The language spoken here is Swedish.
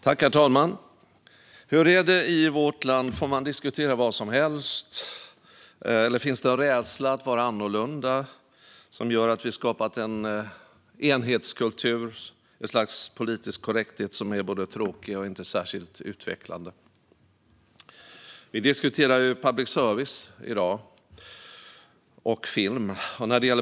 Herr talman! Hur är det i vårt land - får man diskutera vad som helst, eller finns det en rädsla för att vara annorlunda som har gjort att vi har skapat en enhetskultur och ett slags politisk korrekthet som är tråkig och inte särskilt utvecklande? I dag diskuterar vi public service och film.